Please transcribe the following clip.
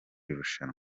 rushanwa